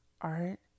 art